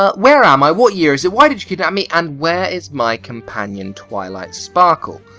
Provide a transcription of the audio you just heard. ah where am i, what year is it, why did you kidnap me, and where is my companion? twilight sparkle,